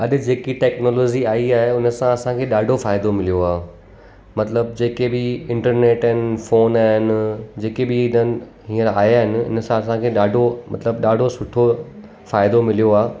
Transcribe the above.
अॼु जेकी टैक्नॉइलोज़ी आई आहे हुन सां असांखे ॾाढो फ़ाइदो मिलियो आहे मतिलबु जेके बि इंटरनैट आहिनि फ़ोन आहिनि जेकी बि हिडन हींअर आया आहिनि इन सां असांखे ॾाढो मतिलबु ॾाढो सुठो फ़ाइदो मिलियो आहे